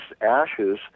ashes